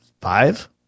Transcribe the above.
five